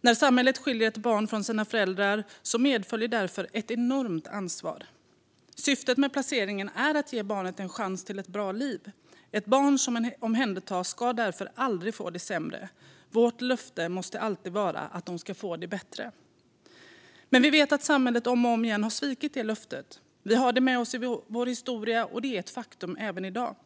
När samhället skiljer ett barn från dess föräldrar medföljer därför ett enormt ansvar. Syftet med placeringen är att ge barnet en chans till ett bra liv. Ett barn som omhändertas ska därför aldrig får det sämre. Vårt löfte måste alltid vara att det ska få det bättre. Men vi vet att samhället om och om igen har svikit det löftet. Vi har det med oss i vår historia, och det är ett faktum även i dag.